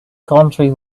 country